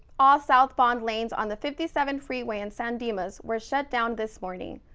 all southbound lanes on the fifty seven freeway in san dimas were shut down this morning.